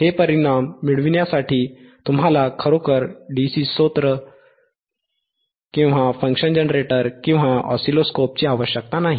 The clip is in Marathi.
हे परिणाम मिळविण्यासाठी तुम्हाला खरोखर DC स्रोत किंवा फंक्शन जनरेटर किंवा ऑसिलोस्कोपची आवश्यकता नाही